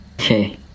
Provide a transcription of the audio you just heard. Okay